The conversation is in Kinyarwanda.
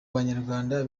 banyarwanda